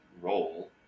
role